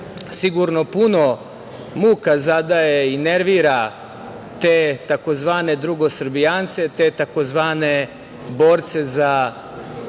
sigurno puno muka zadaje i nervira te tzv. drugosrbijance, te tzv. borce za